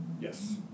Yes